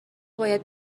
باید